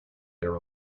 their